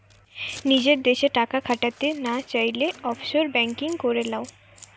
নিজের দেশে টাকা খাটাতে না চাইলে, অফশোর বেঙ্কিং করে লাও